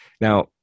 now